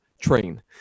train